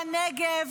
הנגב,